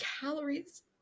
calories